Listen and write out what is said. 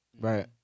Right